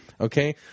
Okay